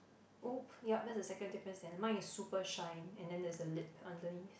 !oops! yup that's the second difference then mine is super shine and then there's a leap underneath